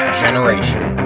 generation